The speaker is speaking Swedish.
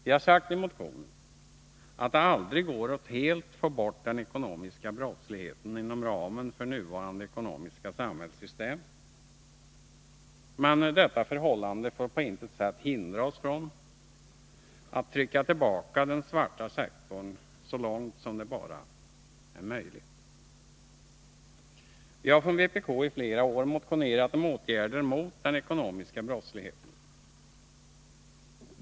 Vi har sagt i motionen att det aldrig går att helt få bort den ekonomiska brottsligheten inom ramen för vårt nuvarande ekonomiska samhällssystem, men detta förhållande får på intet sätt hindra oss från att trycka tillbaka den svarta sektorn så långt som det bara är möjligt. Vi har från vpk i flera år motionerat om åtgärder mot den ekonomiska brottsligheten.